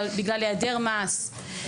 בגלל היעדר מעש.